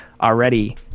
already